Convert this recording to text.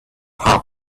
her